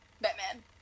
Batman